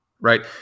right